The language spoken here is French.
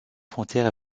frontière